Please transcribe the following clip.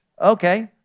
okay